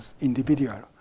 individual